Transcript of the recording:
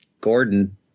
Gordon